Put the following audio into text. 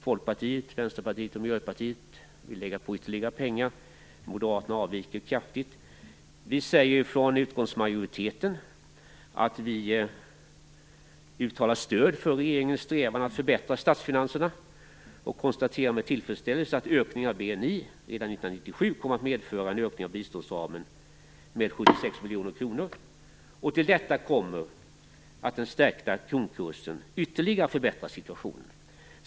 Folkpartiet, Vänsterpartiet och Miljöpartiet vill lägga på ytterligare pengar, medan Moderaterna avviker kraftigt från denna uppfattning. Utskottsmajoriteten uttalar stöd för regeringens strävan att förbättra statsfinanserna och konstaterar med tillfredsställelse att ökningen av BNI redan 1997 kommer att medföra en utökning av biståndsramen med 76 miljoner kronor. Till detta kommer att den stärkta kronkursen ytterligare förbättrar situationen.